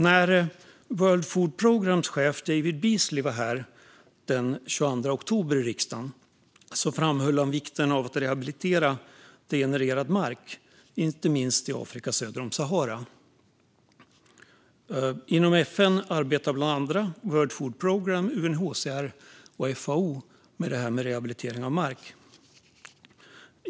När World Food Programmes chef David Beasley var här i riksdagen den 22 oktober framhöll han vikten av att rehabilitera degenererad mark, inte minst i Afrika söder om Sahara. Inom FN arbetar bland andra World Food Programme, UNHCR och FAO med rehabilitering av mark.